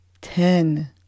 ten